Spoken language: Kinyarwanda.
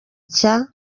cya